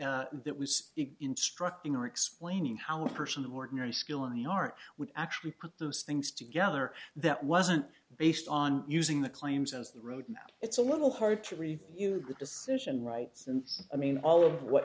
that that was instructing or explaining how a person of ordinary skill in the art would actually put those things together that wasn't based on using the claims as the road map it's a little hard to review that decision right since i mean all of what